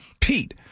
Pete